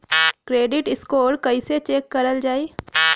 Credit score कइसे check करल जायी?